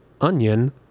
Onion